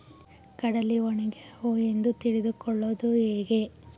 ಕಡಲಿ ಒಣಗ್ಯಾವು ಎಂದು ತಿಳಿದು ಕೊಳ್ಳೋದು ಹೇಗೆ?